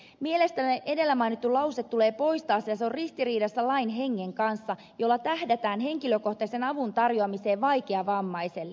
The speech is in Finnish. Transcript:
mielestämme edellä mainittu lause tulee poistaa sillä se on ristiriidassa lain hengen kanssa jolla tähdätään henkilökohtaisen avun tarjoamiseen vaikeavammaiselle